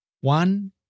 One